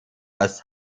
als